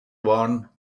one